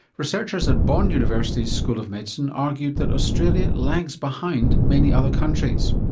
researchers at bond university's school of medicine argued that australia lags behind many other countries.